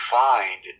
find